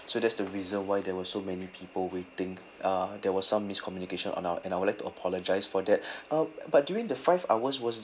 so that's the reason why there were so many people waiting uh there was some miscommunication on our and I will like to apologise for that uh but during the five hours was